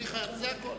זה הכול.